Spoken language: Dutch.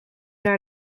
naar